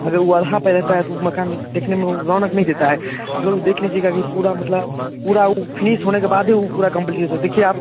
अगर वो आधा पर रहता है तो वो मकान देखने में वो रौनक नहीं देता है अगर वो देख लीजिएगा कि पूरा मतलब पूरा वो फिनिस होने के बादे वो पूरा कम्प्ल्यीट देखिए आप